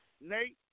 Nate